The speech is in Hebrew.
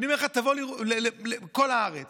ואני אומר לך, תבוא לכל הארץ